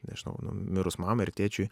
nežinau nu mirus mamai ar tėčiui